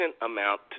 amount